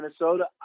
Minnesota